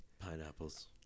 Pineapples